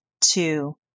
two